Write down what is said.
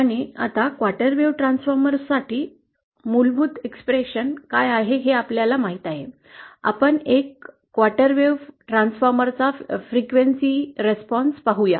आणि आता quarter wave ट्रान्सफॉर्मरसाठी मूलभूत अभिव्यक्ती काय आहे हे आपल्याला माहीत आहे आपण एक चतुर्थांश वेव्ह ट्रान्सफॉर्मरचा फ्रिक्वेन्सी प्रतिसाद पाहू या